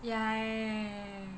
ya ya ya ya